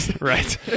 right